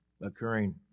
occurring